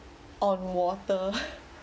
on water